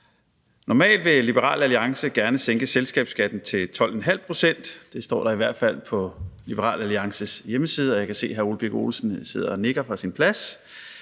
Normalt vil Liberal Alliance gerne sænke selskabsskatten til 12,5 pct. – det står der i hvert fald på Liberal Alliances hjemmeside, og jeg kan se, at hr. Ole Birk Olesens sidder og nikker fra sin plads